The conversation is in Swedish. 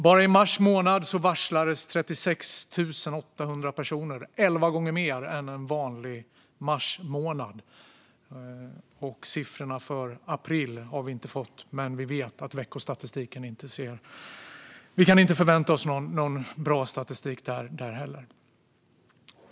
Bara i mars månad varslades 36 800 personer, elva gånger fler än en vanlig marsmånad. Siffrorna för april har vi inte fått, men vi vet att vi inte kan förvänta oss någon bra statistik där heller.